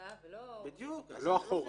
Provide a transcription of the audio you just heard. ולהבא ולא --- ולא הפוך.